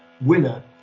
winner